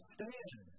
Stand